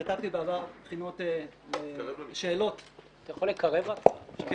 כתבתי בעבר שאלות --- תתקרב למיקרופון.